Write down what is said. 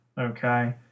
okay